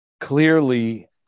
clearly